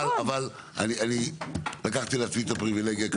אבל לקחתי לעצמי את הפריבילגיה.